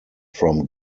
from